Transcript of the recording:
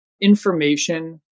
information